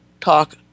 talk